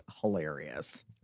hilarious